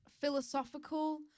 philosophical